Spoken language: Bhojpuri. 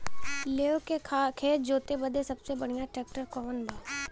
लेव के खेत जोते बदे सबसे बढ़ियां ट्रैक्टर कवन बा?